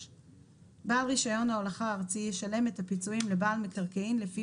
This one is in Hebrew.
בעל רישיון ההולכה הארצי ישלם את הפיצויים לבעל מקרקעין לפי